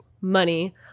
money